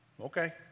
okay